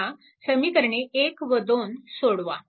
आता समीकरणे 1 व 2 सोडावा